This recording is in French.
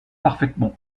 parfaitement